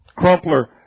Crumpler